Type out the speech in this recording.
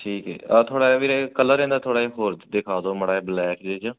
ਠੀਕ ਹੈ ਆਹ ਥੋੜ੍ਹਾ ਜਿਹਾ ਵੀਰੇ ਕਲਰ ਇਹਦਾ ਥੋੜ੍ਹਾ ਜਿਹਾ ਹੋਰ ਦਿਖਾ ਦਿਉ ਮਾੜਾ ਜਿਹਾ ਬਲੈਕ ਜਿਹੇ 'ਚ